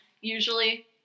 usually